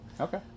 Okay